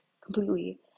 completely